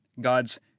God's